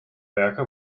werke